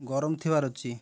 ଗରମ ଥିବାର ଅଛି